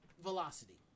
Velocity